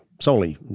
solely